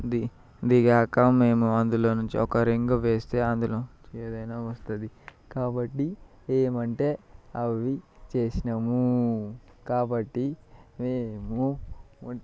the దిగాక మేము అందులో నుంచి ఒక రింగు వేస్తే అందులో ఏదైనా వస్తుంది కాబట్టి వేయమంటే అవి చేసినమూ కాబట్టి మేము